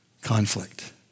conflict